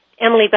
Emily